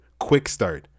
QUICKSTART